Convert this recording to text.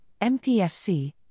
MPFC